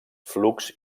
flux